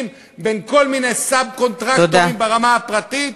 בין כל מיני סאב-קונטרקטורים ברמה הפרטית.